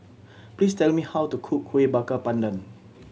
please tell me how to cook Kuih Bakar Pandan